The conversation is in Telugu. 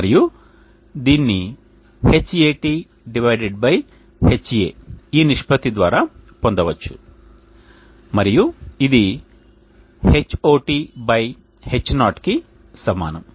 మరియు దీనిని Hat Ha ఈ నిష్పత్తి ద్వారా పొందవచ్చు మరియు ఇది Hot H0 కి సమానం